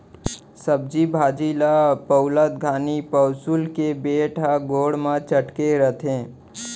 सब्जी भाजी ल पउलत घानी पउंसुल के बेंट ह गोड़ म चटके रथे